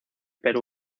perú